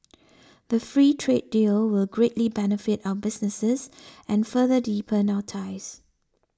the free trade deal will greatly benefit our businesses and further deepen our ties